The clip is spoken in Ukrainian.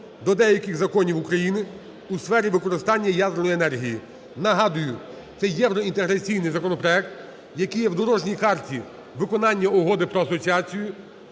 до деяких законів України у сфері використання ядерної енергії (№ 5550). Нагадую, це євроінтеграційний законопроект, який є в дорожній карті виконання Угоди про асоціацію.